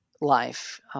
life